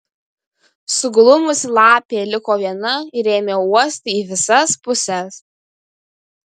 suglumusi lapė liko viena ir ėmė uosti į visas puses